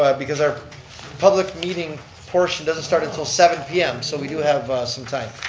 ah because our public meeting portion doesn't start until seven p m, so we do have some time.